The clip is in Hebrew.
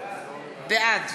בעד